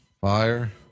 fire